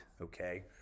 okay